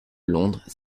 londres